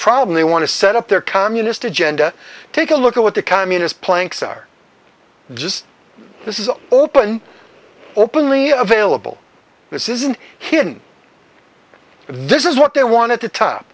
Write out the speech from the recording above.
problem they want to set up their communist agenda take a look at the communist planks are just this is an open openly available this isn't hidden this is what they want at the top